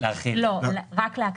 רק להקדים.